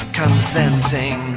consenting